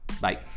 Bye